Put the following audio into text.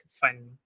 fun